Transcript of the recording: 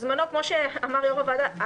כמו שאמר יושב-ראש הוועדה,